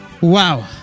Wow